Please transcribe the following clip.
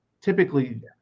typically